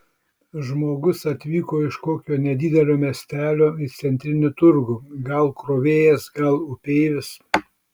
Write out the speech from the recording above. žmogus atvyko iš kokio nedidelio miestelio į centrinį turgų gal krovėjas gal upeivis